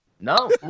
no